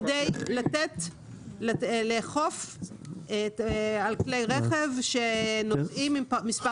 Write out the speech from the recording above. -- כדי לאכוף על כלי רכב שנוסעים עם מספר